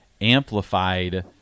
amplified